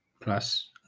plus